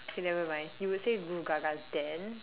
K nevermind you would say Goo Ga Ga then